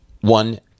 one